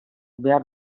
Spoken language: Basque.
behar